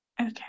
Okay